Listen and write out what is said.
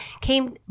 came